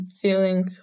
feeling